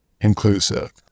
inclusive